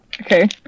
Okay